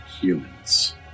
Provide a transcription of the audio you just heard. humans